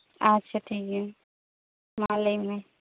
ᱟᱪᱪᱷᱟ ᱴᱷᱤᱠ ᱜᱮᱭᱟ ᱢᱟ ᱞᱟᱹᱭ ᱢᱮ